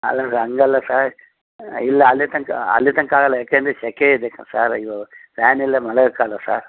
ಅಲ್ಲ ಸರ್ ಹಾಗಲ್ಲ ಸರ್ ಇಲ್ಲ ಅಲ್ಲಿ ತನಕ ಅಲ್ಲಿ ತನಕ ಆಗಲ್ಲ ಯಾಕೆಂದರೆ ಸೆಕೆ ಇದೆ ಸರ್ ಸರ್ ಅಯ್ಯೋ ಫ್ಯಾನಿಲ್ದೆ ಮಲ್ಗೋಕಾಲ್ಲ ಸರ್